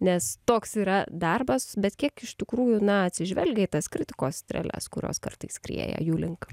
nes toks yra darbas bet kiek iš tikrųjų na atsižvelgia į tas kritikos strėles kurios kartais skrieja jų link